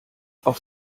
auf